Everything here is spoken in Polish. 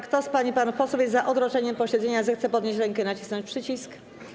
Kto z pań i panów posłów jest za odroczeniem posiedzenia, zechce podnieść rękę i nacisnąć przycisk.